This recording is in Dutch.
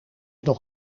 nog